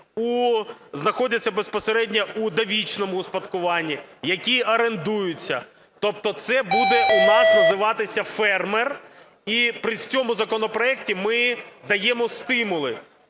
знаходяться безпосередньо у довічному успадкуванні, які орендуються. Тобто це буде у нас називатися фермер. І при цьому в законопроекті ми даємо стимули,